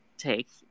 take